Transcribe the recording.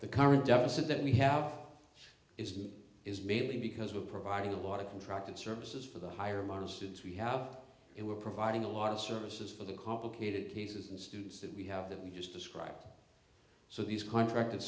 the current deficit that we have isn't is mainly because we're providing a lot of contract and services for the higher modest students we have it we're providing a lot of services for the complicated cases and students that we have that we just described so these contracted